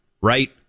right